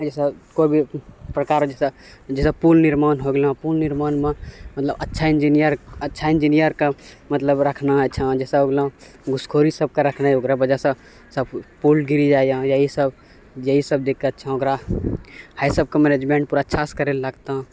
जइसँ कोइ भी प्रकार जइसँ जइसँ पुल निर्माण हो गेलऽ पुल निर्माणमे मतलब अच्छा इन्जीनियर अच्छा इन्जीनियरके मतलब रखना छऽ जइसँ हो गेलऽ घुसखोरी सब करैके नहि ओकरा वजहसँ सब पुल गिरि जाइए इएहसब दिक्कत छऽ ओकरा हइ सबके मैनेजमेन्ट पूरा अच्छासँ करै लऽ लगतऽ